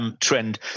Trend